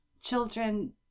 children